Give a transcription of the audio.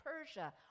Persia